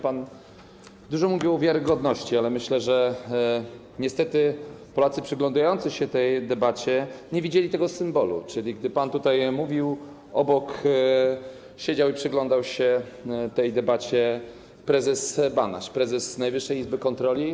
Pan dużo mówił o wiarygodności, ale myślę, że niestety Polacy przyglądający się tej debacie nie widzieli tego symbolu, czyli gdy pan tutaj mówił, obok siedział i przyglądał się tej debacie prezes Banaś, prezes Najwyższej Izby Kontroli.